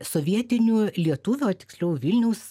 sovietinių lietuvio tiksliau vilniaus